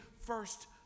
first